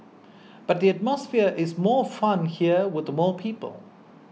but the atmosphere is more fun here with more people